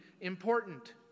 important